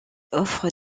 offre